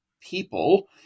people